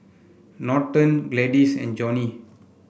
Norton Gladis and Johnnie